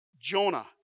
Jonah